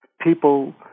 people